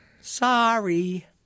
Sorry